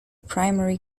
primary